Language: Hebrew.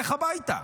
לך הביתה.